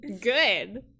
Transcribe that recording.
Good